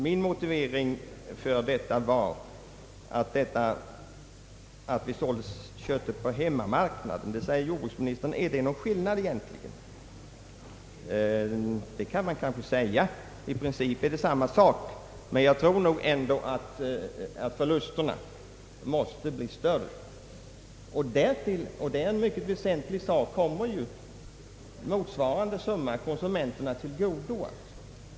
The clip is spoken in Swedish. Min motivering var att vi sålde köttet på hemmamarknaden. Då säger kanske jordbruksministern: Blir det egentligen någon skillnad? Det kan man kanske fråga. I princip är det samma sak, men jag tror ändå att förlusterna måste bli större då, och därtill — och detta är en mycket väsentlig sak — kommer ju motsvarande summa konsumenterna till godo.